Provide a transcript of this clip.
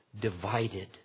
divided